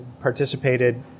participated